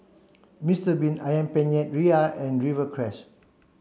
Mister bean Ayam Penyet Ria and Rivercrest